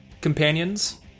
companions